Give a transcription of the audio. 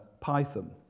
Python